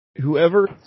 whoever